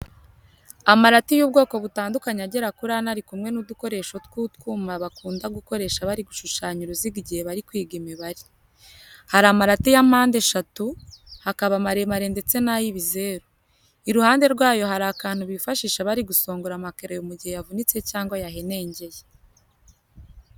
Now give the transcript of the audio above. Amarati y'ubwoko butandukanye agera kuri ane ari kumwe n'udukoresho tw'utwuma bakunda gukoresha bari gushushanya uruziga igihe bari kwiga imibare. Hari amarati ya mpande eshatu, hakaba amaremare ndetse n'ay'ibizeru. Iruhande rwayo hari akantu bifashisha bari gusongora amakereyo mu gihe yavunitse cyangwa yahenengeye.